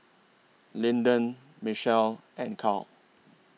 Linden Michele and Carl